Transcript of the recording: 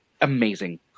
amazing